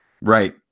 Right